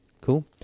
Cool